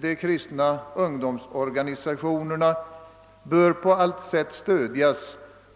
De kristna ungdomsorganisationerna bör så långt möjligt stödjas